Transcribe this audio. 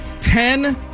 ten